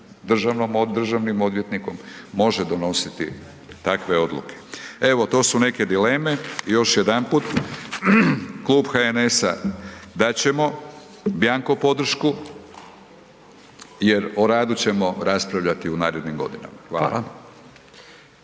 državnim odvjetnikom može donositi takve odluke. Evo, to su neke dileme. Još jedanput Klub HNS-a dat ćemo bianco podršku jer o radu ćemo raspravljati u narednim godinama. Hvala.